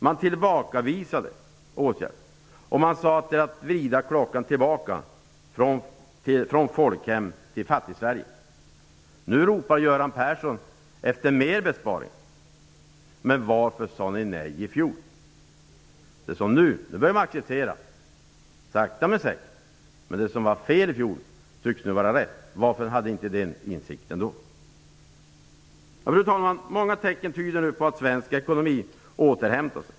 Man tillbakavisade åtgärder och sade att det var att vrida klockan tillbaka, från folkhem till Fattig-Sverige. Nu ropar Göran Persson efter fler besparingar. Men varför sade ni nej i fjol? Nu börjar det accepteras, sakta men säkert. Det som var fel i fjol tycks nu vara rätt. Men varför hade ni inte den insikten då? Många tecken tyder nu på att svensk ekonomi återhämtar sig.